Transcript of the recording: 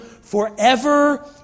forever